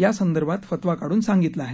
यासंदर्भात फतवा काढून सांगितलं आहे